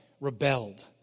rebelled